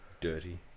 Dirty